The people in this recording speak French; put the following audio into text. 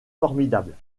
formidable